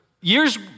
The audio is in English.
Years